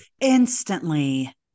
instantly